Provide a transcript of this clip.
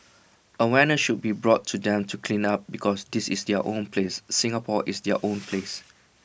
awareness should be brought to them to clean up because this is their own place Singapore is their own place